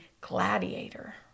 gladiator